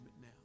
now